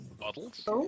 Bottles